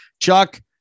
Chuck